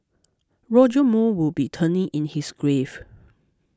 Roger Moore would be turning in his grave